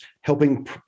helping